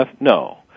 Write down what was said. no